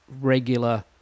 regular